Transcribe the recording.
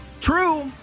True